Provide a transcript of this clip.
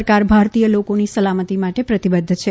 સરકાર ભારતીય લોકોની સલામતી માટે પ્રતબદ્ધ છે